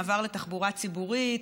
מעבר לתחבורה ציבורית,